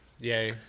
yay